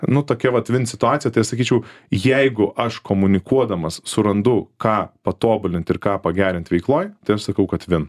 nu tokia vat vin situacija tai sakyčiau jeigu aš komunikuodamas surandu ką patobulint ir ką pagerint veikloj tai aš sakau kad vin